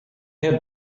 had